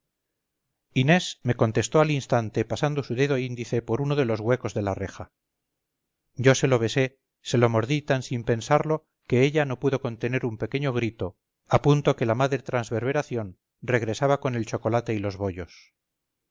inés me contestó al instante pasando su dedo índice por uno de los huecos de la reja yo se lo besé se lo mordí tan sin pensarlo que ella no pudo contener un pequeño grito a punto que la madre transverberación regresaba con el chocolate y los bollos